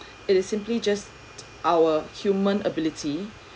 it is simply just our human ability